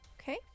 Okay